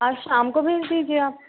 आज शाम को भेज दीजिए आप